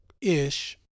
ish